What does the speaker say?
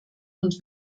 und